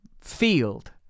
field